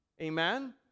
Amen